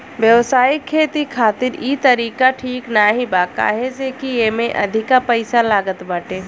व्यावसायिक खेती खातिर इ तरीका ठीक नाही बा काहे से की एमे अधिका पईसा लागत बाटे